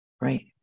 right